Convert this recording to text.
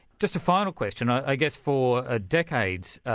just a final question i guess for ah decades,